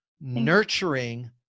nurturing